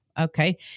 Okay